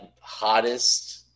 hottest